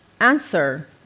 answer